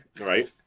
Right